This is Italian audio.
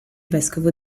vescovo